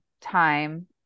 time